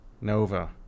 nova